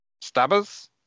stabbers